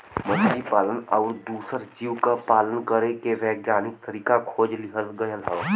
मछली पालन आउर दूसर जीव क पालन करे के वैज्ञानिक तरीका खोज लिहल गयल हौ